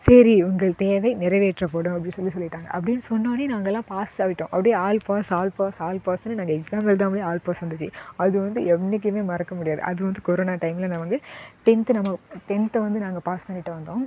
சரி உங்கள் தேவை நிறைவேற்றப்படும் அப்படி சொல்லி சொல்லிவிட்டாங்க அப்டின்னு சொன்னோடனே நாங்கள்லாம் பாஸ் ஆகிட்டோம் அப்படியே all pass all pass all பாஸுனு நாங்கள் எக்ஸாம் எழுதாமலேயே ஆல் பாஸ் வந்துச்சு அது வந்து என்றைக்குமே மறக்க முடியாது அது வந்து கொரோனா டைமில் நான் வந்து டென்த் நம்ம டென்த்தை வந்து நாங்கள் பாஸ் பண்ணிவிட்டு வந்தோம்